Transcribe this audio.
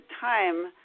time